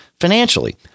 Financially